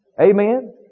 amen